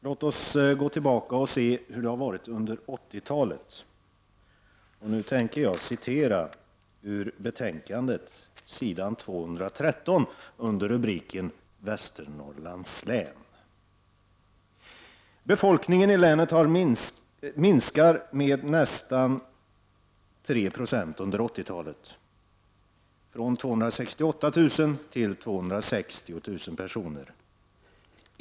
Låt oss gå tillbaka och se hur det har varit under 80-talet, och nu tänker jag citera ur betänkandet, s. 213, under rubriken Västernorrlands län: ”Befolkningen i länet har minskat med nästan 3 96 under 1980-talet, från 268 000 till 260 000 personer.